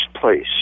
place